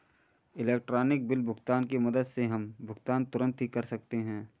electronic bill भुगतान की मदद से हम भुगतान तुरंत ही कर सकते हैं